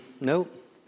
nope